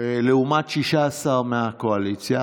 לעומת 16 מהקואליציה.